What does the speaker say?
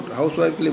housewife